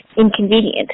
inconvenient